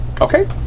Okay